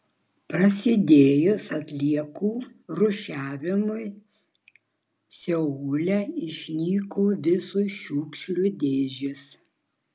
prasidėjus atliekų rūšiavimui seule išnyko visos šiukšlių dėžės